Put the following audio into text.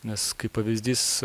nes kaip pavyzdys